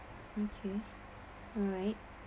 okay alright